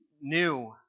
new